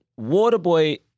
Waterboy